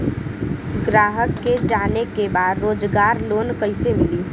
ग्राहक के जाने के बा रोजगार लोन कईसे मिली?